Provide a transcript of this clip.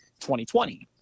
2020